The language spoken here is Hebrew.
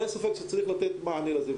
אין ספק שצריך לתת מענה לזה.